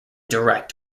direct